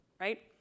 right